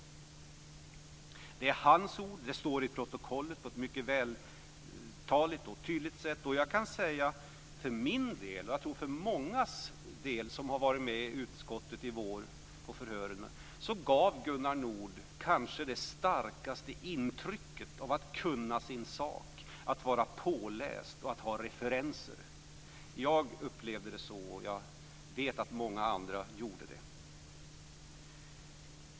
Det är hans ord. Det står i protokollet på ett mycket vältaligt och tydligt sätt. Jag kan för min del och jag tror för många som har varit med på förhören i utskottet i vår säga att Gunnar Nord kanske gav det starkaste intrycket av att kunna sin sak, av att vara påläst och att ha referenser. Jag upplevde det så och jag vet att många andra också gjorde det.